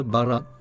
Barat